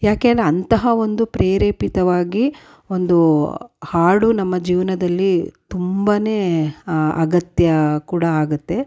ಯಾಕೆ ಅಂದರೆ ಅಂತಹ ಒಂದು ಪ್ರೇರೇಪಿತವಾಗಿ ಒಂದು ಹಾಡು ನಮ್ಮ ಜೀವನದಲ್ಲಿ ತುಂಬಾ ಅಗತ್ಯ ಕೂಡ ಆಗುತ್ತೆ